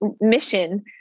mission